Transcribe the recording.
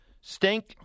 Stink